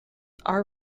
are